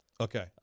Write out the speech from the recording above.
Okay